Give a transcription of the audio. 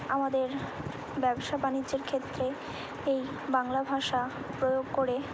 আমাদের ব্যবসা বাণিজ্যের ক্ষেত্রে এই বাংলা ভাষা প্রয়োগ করে